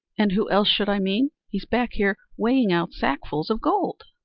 and who else should i mean? he's back here weighing out sackfuls of gold.